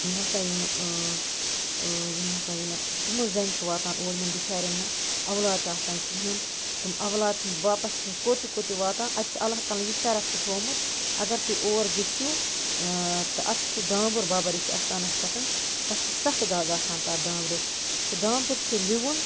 یِم ہَسا یِم یِم ہَسا یِم تٕمہٕ زَنہِ چھِ واتان اور یِمَن بِچارٮ۪ن نہٕ اَولاد چھِ آسان کِہیٖنۍ تٕم اَولاد سٕنٛدۍ باپتھ چھِ تِم کوٚت تہِ کوٚت تہِ واتان اَتہِ چھِ اللہ تعلیٰ ہن یہِ شرط تہِ تھوٚمُت اگر تُہۍ اور گٔژھِو تہٕ اَتھ چھِ دامبُر بابا ریٖشی اَستانَس پٮ۪ٹھ تَتھ چھِ سَتھ گگ آسان تَتھ دامبرِس سُہ دامبُر چھُ لِوُن